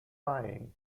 lying